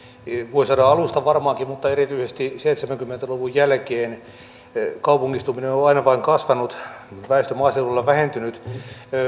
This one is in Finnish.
vuosisadan alusta varmaankin mutta erityisesti seitsemänkymmentä luvun jälkeen kaupungistuminen on aina vain kasvanut ja väestö maaseudulla vähentynyt